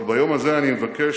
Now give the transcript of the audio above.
אבל ביום הזה אני מבקש